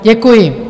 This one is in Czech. Děkuji.